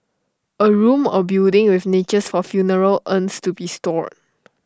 A room or building with niches for funeral urns to be stored